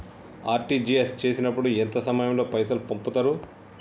RTGS చేసినప్పుడు ఎంత సమయం లో పైసలు పంపుతరు?